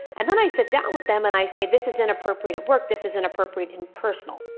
and then i sit down with them and i say, this is inappropriate at work, this is inappropriate in personal.